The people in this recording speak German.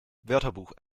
wörterbuch